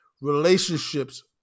relationships